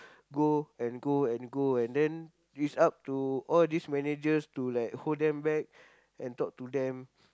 go and go and go and then it's up to all these managers to like hold them back and talk to them